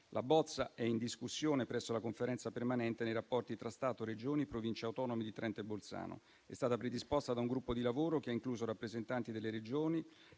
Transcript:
La bozza è in discussione presso la Conferenza permanente per i rapporti tra lo Stato, le Regioni e le Province autonome di Trento e Bolzano. È stata predisposta da un gruppo di lavoro che ha incluso rappresentanti delle regioni